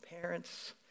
parents